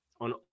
on